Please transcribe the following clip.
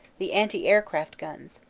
the anti-air craft guns.